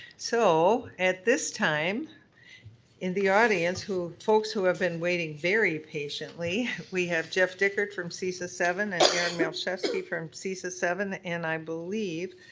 so at this time in the audience, folks who have been waiting very patiently, we have jeff dickert from cesa seven and aaron malczewski from cesa seven and i believe